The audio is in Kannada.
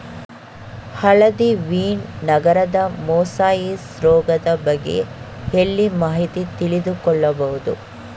ಹಳದಿ ವೀನ್ ನರದ ಮೊಸಾಯಿಸ್ ರೋಗದ ಬಗ್ಗೆ ಎಲ್ಲಿ ಮಾಹಿತಿ ತಿಳಿದು ಕೊಳ್ಳಬಹುದು?